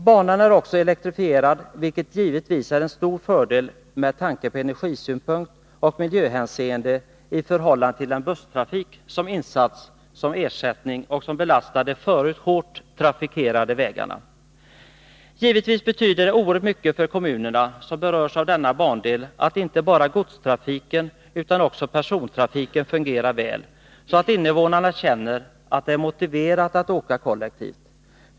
Banan är också elektrifierad, vilket givetvis är en stor fördel ur energisynpunkt och i miljöhänseende i förhållande till den busstrafik som insatts som ersättning och som belastar de förut hårt trafikerade vägarna. Givetvis betyder det oerhört mycket för de kommuner som berörs av denna bandel att inte bara godstrafiken utan också persontrafiken fungerar väl, så att innevånarna känner att det är motiverat att åka kollektivt.